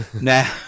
Now